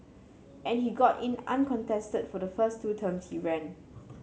and he got in uncontested for the first two terms he ran